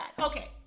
okay